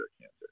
cancer